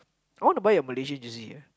I want to buy a Malaysian jersey eh